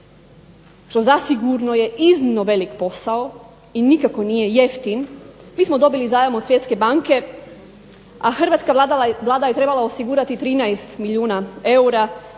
što zasigurno je iznimno velik posao i nikako nije jeftin, mi smo dobili zajam od Svjetske banka, a hrvatska Vlada je trebala osigurati 13 milijuna eura